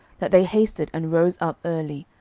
that they hasted and rose up early,